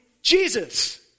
Jesus